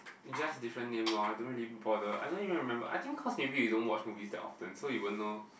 it's just different name lor I don't really bother I don't even remember I think cause maybe we don't watch movies that often so we won't know